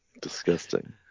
disgusting